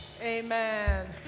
Amen